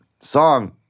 Song